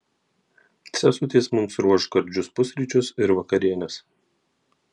sesutės mums ruoš gardžius pusryčius ir vakarienes